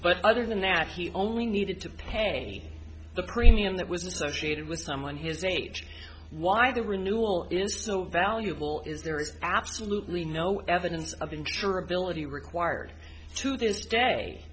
but other than that he only needed to pay the premium that was associated with someone his age why the renewal is so valuable is there is absolutely no evidence of insurability required to this day